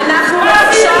אנחנו נפרק,